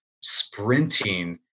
sprinting